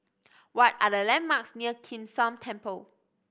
what are the landmarks near Kim San Temple